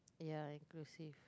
yeah inclusive